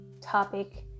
topic